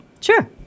Sure